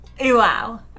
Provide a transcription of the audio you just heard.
Wow